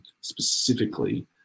specifically